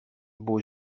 beau